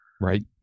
Right